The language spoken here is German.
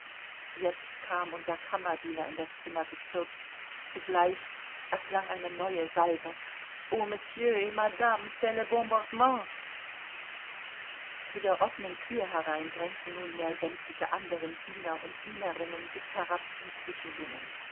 jetzt kam unser kammerdiener in das zimmer gestürzt zugleich erklang eine neue salve oh monsieur et madame c'est le bombardement zu der offenen thür herein drängten nunmehr sämtliche anderen diener und dienerinnen bis herab zum